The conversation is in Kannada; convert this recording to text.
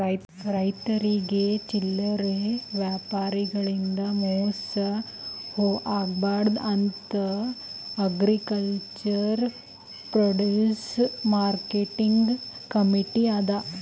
ರೈತರಿಗ್ ಚಲ್ಲರೆ ವ್ಯಾಪಾರಿಗಳಿಂದ್ ಮೋಸ ಆಗ್ಬಾರ್ದ್ ಅಂತಾ ಅಗ್ರಿಕಲ್ಚರ್ ಪ್ರೊಡ್ಯೂಸ್ ಮಾರ್ಕೆಟಿಂಗ್ ಕಮೀಟಿ ಅದಾ